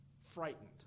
frightened